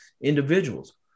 individuals